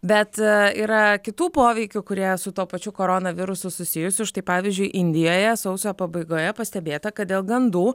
bet yra kitų poveikių kurie su tuo pačiu koronavirusu susijusių štai pavyzdžiui indijoje sausio pabaigoje pastebėta kad dėl gandų